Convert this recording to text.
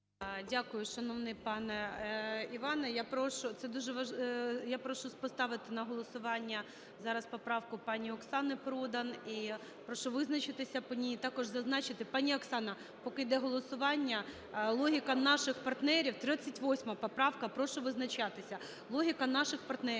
Дякую, шановний пане Іване. Я прошу… Це дуже… Я прошу поставити на голосування зараз поправку пані Оксани Продан і прошу визначитися по ній, і також зазначити… Пані Оксано, поки йде голосування, логіка наших партнерів… 38 поправка, прошу визначатися. Логіка наших партнерів,